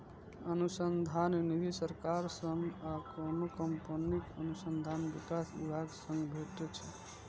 अनुसंधान निधि सरकार सं आ कोनो कंपनीक अनुसंधान विकास विभाग सं भेटै छै